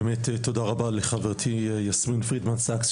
באמת תודה רבה לחברתי יסמין פרידמן סאקס,